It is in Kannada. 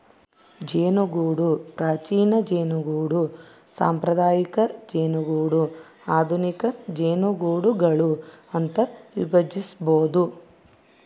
ಜೇನುಗೂಡು ಪ್ರಾಚೀನ ಜೇನುಗೂಡು ಸಾಂಪ್ರದಾಯಿಕ ಜೇನುಗೂಡು ಆಧುನಿಕ ಜೇನುಗೂಡುಗಳು ಅಂತ ವಿಭಜಿಸ್ಬೋದು